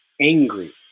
Angry